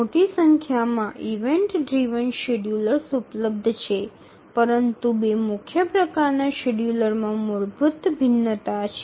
প্রচুর পরিমাণে ইভেন্ট চালিত শিডিয়ুলার উপলব্ধ তবে দুটি প্রধান ধরণের শিডিয়ুলারের মধ্যে বৈচিত্র রয়েছে